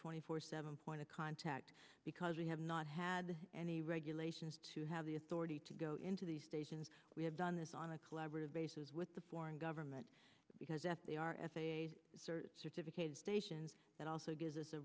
twenty four seven point of contact because we have not had any regulations to have the authority to go into these stations we have done this on a collaborative bases with the foreign government because if they are f a a certificated stations that also gives us